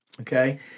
okay